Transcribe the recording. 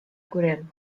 күрәм